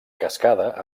cascada